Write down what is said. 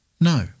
No